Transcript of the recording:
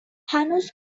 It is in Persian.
هنوز